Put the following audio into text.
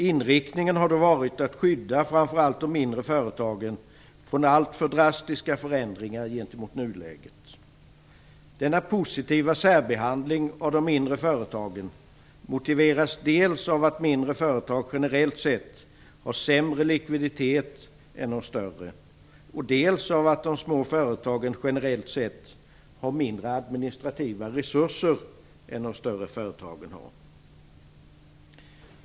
Inriktningen har varit att skydda framför allt de mindre företagen från alltför drastiska förändringar i förhållande till nuläget. Denna positiva särbehandling av de mindre företagen motiveras dels av att mindre företag generellt sett har sämre likviditet än de större, dels av att de små företagen generellt sett har mindre administrativa resurser än de större företagen.